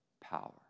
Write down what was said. power